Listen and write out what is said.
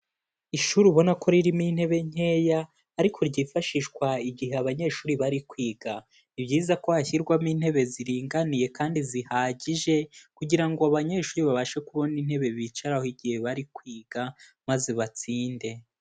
Ishuri ubona ko ririmo intebe nyeya ariko ryifashishwa igihe abanyeshuri bari kwiga, ni byizayiza ko hashyirwamo intebe ziringaniye kandi zihagije, kugira ngo abanyeshuri babashe kubona intebe bicaraho igihe bari kwiga maze batsinde.